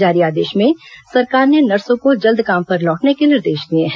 जारी आदेश में सरकार ने नर्सों को जल्द काम पर लौटने के निर्देश दिए हैं